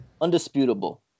Undisputable